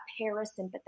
parasympathetic